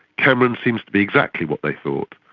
cameron seems to be exactly what they thought.